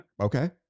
Okay